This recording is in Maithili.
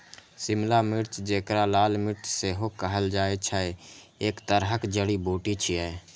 शिमला मिर्च, जेकरा लाल मिर्च सेहो कहल जाइ छै, एक तरहक जड़ी बूटी छियै